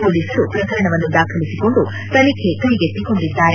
ಪೊಲೀಸರು ಪ್ರಕರಣವನ್ನು ದಾಖಲಿಸಿಕೊಂಡು ತನಿಖೆ ಕೈಗೆತ್ತಿಕೊಂಡಿದ್ದಾರೆ